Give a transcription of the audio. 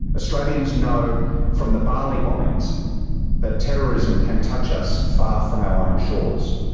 australians know from the bali bombings that terrorism can touch us far from our own shores.